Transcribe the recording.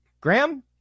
Graham